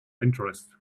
interest